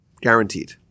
Guaranteed